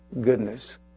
goodness